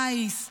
טיס וחובלים.